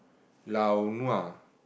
lao nua